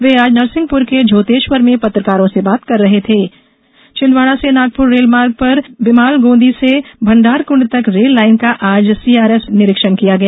वे आज नरसिंहपुर के झोतेश्वर में पत्रकारों से बात कर रहे थे छिंदवाड़ा से नागपुर रेलमार्ग पर भिमालगोंदी से भण्डारकुण्ड तक रेल लाइन का आज सीआरएस निरीक्षण किया गया